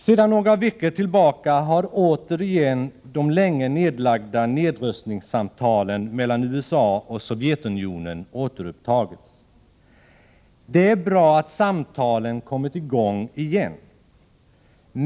Sedan några veckor tillbaka har återigen de länge nedlagda nedrustningssamtalen mellan USA och Sovjetunionen återupptagits. Det är bra att samtalen kommit i gång igen.